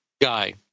guy